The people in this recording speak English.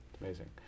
Amazing